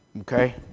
Okay